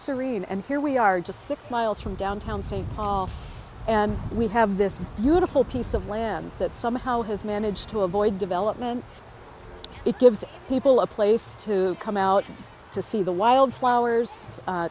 serene and here we are just six miles from downtown st paul and we have this beautiful piece of land that somehow has managed to avoid development it gives people a place to come out to see the wild flowers